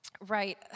Right